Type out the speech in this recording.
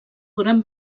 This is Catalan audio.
gran